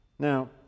Now